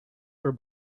for